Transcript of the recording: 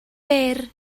byr